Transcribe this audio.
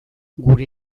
gure